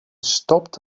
stopped